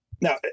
Now